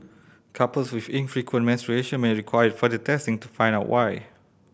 couples with infrequent menstruation may require further testing to find out why